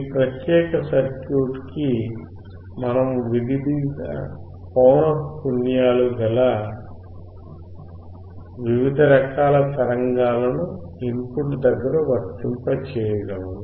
ఈ ప్రత్యెక సర్క్యూట్ కి మనము వివిధ పోనఃపున్యాలు గల వివిధ రకాల తరంగాలను ఇన్ పుట్ దగ్గర వర్తింపచేయగలము